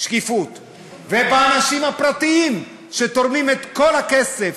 ובצד של האנשים הפרטיים שתורמים את כל הכסף,